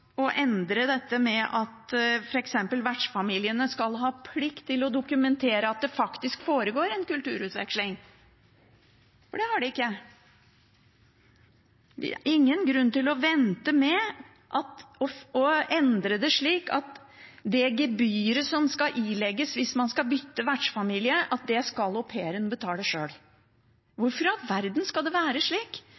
vertsfamiliene skal ha plikt til å dokumentere at det faktisk foregår en kulturutveksling, for det har de ikke nå. Det er ingen grunn til å vente med å endre på gebyret som ilegges hvis man skal bytte vertsfamilie, som en au pair må betale sjøl.